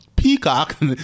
Peacock